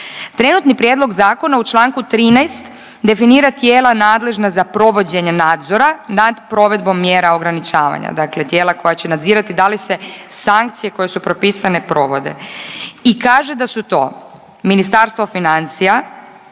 Trenutni prijedlog zakona u čl. 13. definira tijela nadležna za provođenje nadzora nad provedbom mjera ograničavanja. Dakle, tijela koja će nadzirati da li se sankcije koje su propisane provode. I kaže da su to Ministarstvo financija,